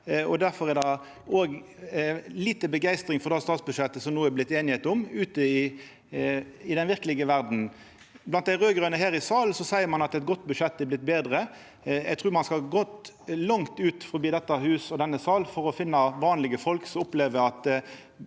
difor er det òg lite begeistring for det statsbudsjettet som det no er vorte einigheit om, ute i den verkelege verda. Blant dei raud-grøne her i salen seier ein at eit godt budsjett er vorte betre. Eg trur ein skal langt utanfor dette huset og denne salen for å finna vanlege folk som opplever at